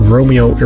Romeo